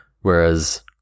Whereas